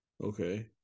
Okay